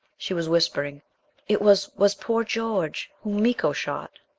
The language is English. she was whispering it was was poor george whom miko shot.